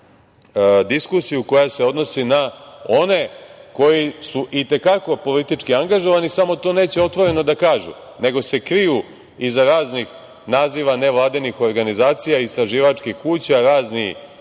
koja se odnosi na one koji su i te kako politički angažovani samo to neće otvoreno da kažu nego se kriju iza raznih naziva nevladinih organizacija, istraživačkih kuća, razni